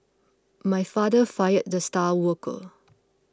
my father fired the star worker